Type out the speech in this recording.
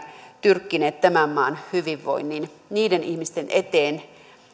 tyrkkineet tämän maan hyvinvoinnin niiden ihmisten eteen joita